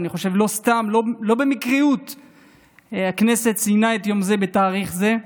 ואני חושב שלא במקרה הכנסת ציינה את היום הזה בתאריך זה,